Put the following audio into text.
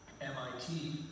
MIT